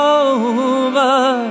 over